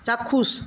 চাক্ষুষ